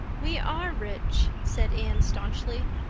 we are rich, said anne staunchly.